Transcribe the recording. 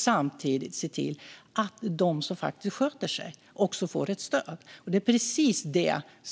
Samtidigt ska vi se till att de som sköter sig också får ett stöd. Det är precis